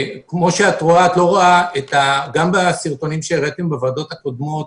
גם בסרטונים שהראיתם בישיבות הקודמות,